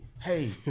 hey